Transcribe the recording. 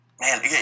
man